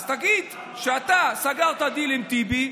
אז תגיד שאתה סגרת דיל עם טיבי.